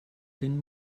den